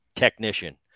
technician